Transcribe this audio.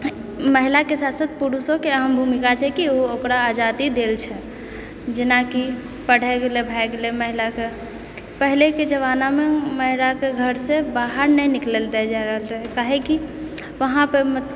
महिलाके साथ साथ पुरुषोके अहम भूमिका छै कि ओ ओकरा आजादी देल छै जेनाकि पढयलऽ भए गेलय महिलाकऽ पहिले के जमानामऽ महिलाकऽ घरसे बाहर नहि निकलल देल जाय रहल रहय काहेकि वहाँपे